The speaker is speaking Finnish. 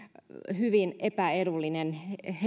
hyvin epäedullinen